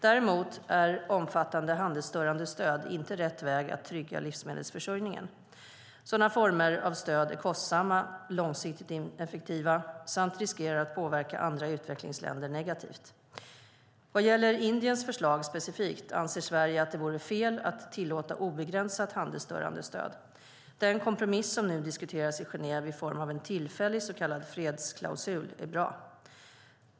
Däremot är omfattande handelsstörande stöd inte rätt väg att trygga livsmedelsförsörjningen. Sådana former av stöd är kostsamma och långsiktigt ineffektiva samt riskerar att påverka andra utvecklingsländer negativt. Vad gäller Indiens förslag specifikt anser Sverige att det vore fel att tillåta obegränsat handelsstörande stöd. Den kompromiss som nu diskuteras i Genève i form av en tillfällig så kallad fredsklausul är bra.